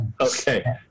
Okay